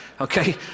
okay